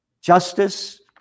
Justice